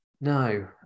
No